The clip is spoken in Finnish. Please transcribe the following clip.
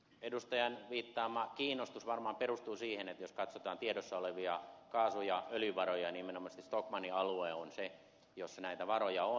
edustajan viittaama kiinnostus varmaan perustuu siihen että jos katsotaan tiedossa olevia kaasu ja öljyvaroja nimenomaisesti shtokmanin alue on se missä näitä varoja on